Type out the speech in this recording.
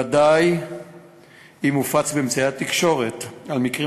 ודאי אם מופץ באמצעי התקשורת על מקרים